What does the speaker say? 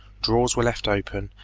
drawers were left open,